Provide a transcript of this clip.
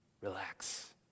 Relax